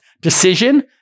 decision